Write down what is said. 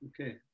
Okay